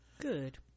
good